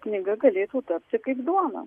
knyga galėtų tapti kaip duona